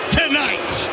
tonight